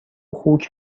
خوک